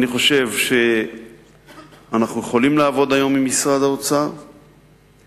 אני חושב שאנחנו יכולים לעבוד היום עם משרד האוצר ובתוך